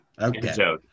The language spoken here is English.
okay